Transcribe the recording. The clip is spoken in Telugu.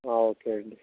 ఓకే అండి